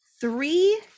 three